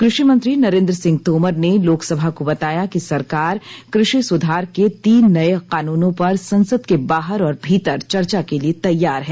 कृषि मंत्री नरेन्द्र सिंह तोमर ने लोकसभा को बताया कि सरकार कृषि सुधार के तीन नए कानूनों पर संसद के बाहर और भीतर चर्चा के लिए तैयार है